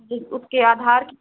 जी उसके आधार की